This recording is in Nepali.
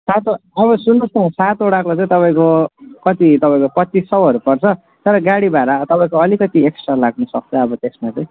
सातवटा अब सुन्नुहोस् न सातवटाको चाहिँ तपाईँको कति तपाईँको पच्चिस सौहरू पर्छ तर गाडी भाडा तपाईँको अलिकति एक्स्ट्रा लाग्नुसक्छ अब त्यसमा चाहिँ